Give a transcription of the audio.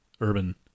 Urban